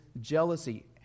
jealousy